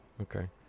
okay